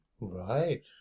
Right